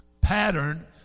pattern